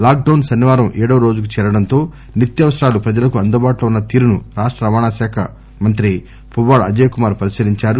lock down శనివారం ఏడవ రోజుకు చేరడంతో నిత్యావసరాలు ప్రజలకు అందుబాటులో ఉన్స తీరును రాష్ట రవాణా శాఖ మంత్రి పువ్వాడ అజయ్ కుమార్ పరిశీలించారు